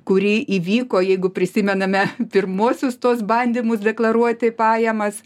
kuri įvyko jeigu prisimename pirmuosius tuos bandymus deklaruoti pajamas